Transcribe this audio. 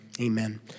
amen